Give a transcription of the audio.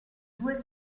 due